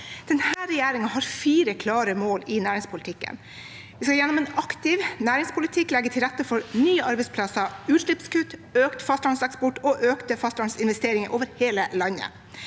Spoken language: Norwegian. Denne regjeringen har fire klare mål i næringspolitikken. Vi skal gjennom en aktiv næringspolitikk legge til rette for nye arbeidsplasser, utslippskutt, økt fastlandseksport og økte fastlandsinvesteringer over hele landet.